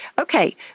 Okay